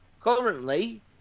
currently